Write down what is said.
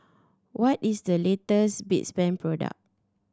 what is the latest product